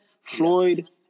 Floyd